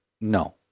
No